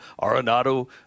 Arenado